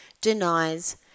denies